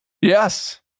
Yes